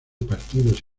partidos